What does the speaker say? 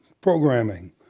programming